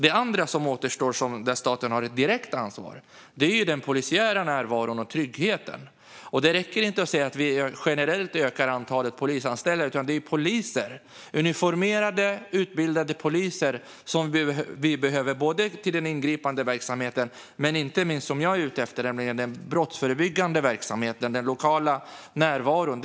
Det som återstår, där staten har ett direkt ansvar, är den polisiära närvaron och tryggheten. Det räcker inte att säga att vi generellt ökar antalet polisanställda, utan det är uniformerade utbildade poliser som behövs till både den ingripande verksamheten och den brottsförebyggande verksamheten. Det handlar om den lokala närvaron.